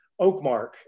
Oakmark